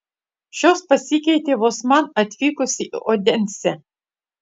šios pasikeitė vos man atvykus į odensę